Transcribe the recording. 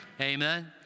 Amen